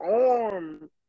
arm